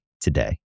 today